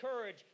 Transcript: courage